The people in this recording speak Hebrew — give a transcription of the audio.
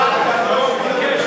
מעקפים אתם עושים.